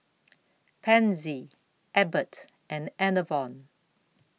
Pansy Abbott and Enervon